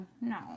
no